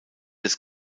des